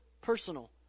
personal